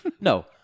No